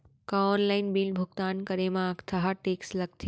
का online bill भुगतान करे मा अक्तहा टेक्स लगथे?